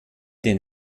den